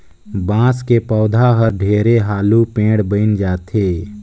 बांस के पउधा हर ढेरे हालू पेड़ बइन जाथे